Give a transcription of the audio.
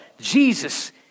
Jesus